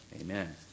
Amen